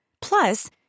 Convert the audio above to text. Plus